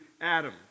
Adam